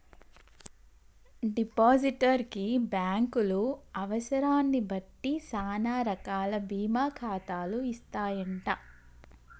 depositor కి బ్యాంకులు అవసరాన్ని బట్టి సానా రకాల బీమా ఖాతాలు ఇస్తాయంట